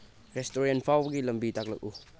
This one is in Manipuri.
ꯔꯦꯁꯇꯨꯔꯦꯟ ꯐꯥꯎꯕꯒꯤ ꯂꯝꯕꯤ ꯇꯥꯛꯂꯛꯎ